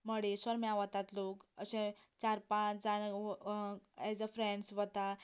मुरडेश्वर म्हळ्यार वतात लोक अशें चार पांच जाण एज अ फ्रेन्ड्स वतात